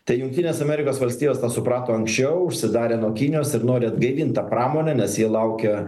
tai jungtinės amerikos valstijos tą suprato anksčiau užsidarė nuo kinijos ir nori atgaivint tą pramonę nes jie laukia